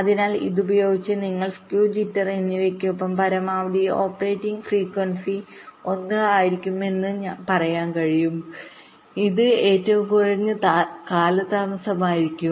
അതിനാൽ ഇതുപയോഗിച്ച് നിങ്ങൾക്ക് സ്കൂ ജിറ്റർ എന്നിവയ്ക്കൊപ്പം പരമാവധി ഓപ്പറേറ്റിംഗ് ഫ്രീക്വൻസി1 ആയിരിക്കുമെന്ന് പറയാൻ കഴിയും ഇത് ഏറ്റവും കുറഞ്ഞ കാലതാമസമായിരിക്കും